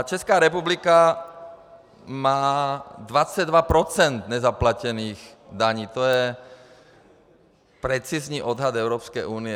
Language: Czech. Česká republika má 22 % nezaplacených daní, to je precizní odhad Evropské unie.